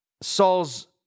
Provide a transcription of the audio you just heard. Saul's